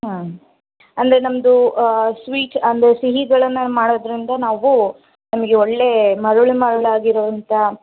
ಹಾಂ ಅಂದರೆ ನಮ್ಮದು ಸ್ವೀಟ್ ಅಂದರೆ ಸಿಹಿಗಳನ್ನು ಮಾಡೋದ್ರಿಂದ ನಾವು ನಮಗೆ ಒಳ್ಳೆಯ ಮರಳು ಮರಳು ಆಗಿರೋವಂಥ